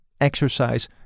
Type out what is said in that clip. exercise